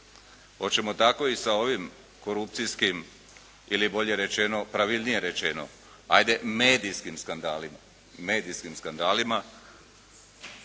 Hoćemo tako i sa ovim korupcijskim ili bolje rečeno, pravilnije rečeno, ajde medijskim skandalima.